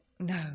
no